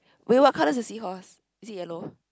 wait what colour is the seahorse is it yellow